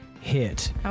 hit